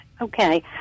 Okay